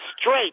straight